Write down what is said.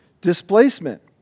displacement